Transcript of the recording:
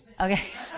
okay